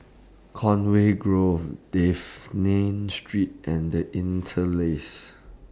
Conway Grove Dafne Street and The Interlace